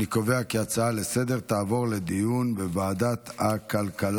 אני קובע כי ההצעה לסדר-היום תעבור לדיון בוועדת הכלכלה.